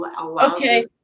okay